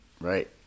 right